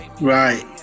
Right